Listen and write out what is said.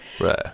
right